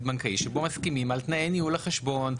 בנקאי שבו מסכימים על תנאי ניהול החשבון,